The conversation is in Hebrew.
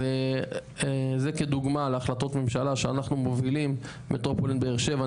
אז זה כדוגמה להחלטות ממשלה שאנחנו מובילים מטרופולין באר שבע,